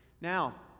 Now